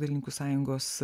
dailininkų sąjungos